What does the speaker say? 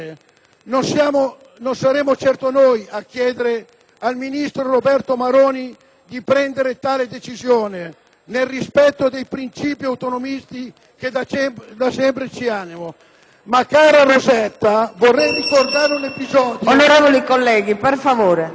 Non saremo certo noi a chiedere al ministro Roberto Maroni di prendere tale decisione, nel rispetto dei principi autonomisti che da sempre ci animano. Ma, cara Rosetta, vorrei ricordare un episodio: